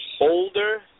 older